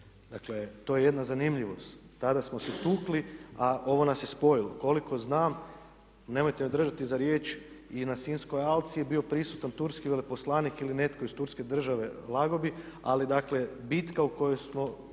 Dakle, to je jedna zanimljivost. Tada smo se tukli, a ovo nas je spojilo. Koliko znam nemojte me držati za riječ i na Sinjskoj alci je bio prisutan turski veleposlanik ili netko iz turske države lagao bih. Ali dakle, bitka u kojoj su